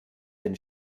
den